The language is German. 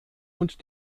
und